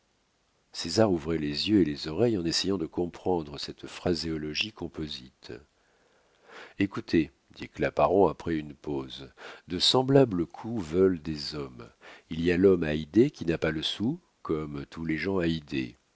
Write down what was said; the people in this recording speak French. ces magnifiques combinaisons césar ouvrait les yeux et les oreilles en essayant de comprendre cette phraséologie composite écoutez dit claparon après une pause de semblables coups veulent des hommes il y a l'homme à idées qui n'a pas le sou comme tous les gens à